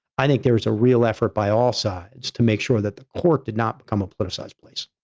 i think there's a real effort by all sides to make sure that the court did not become a politicized place.